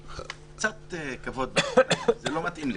קצת כבוד, זה לא מתאים לך.